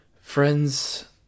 friends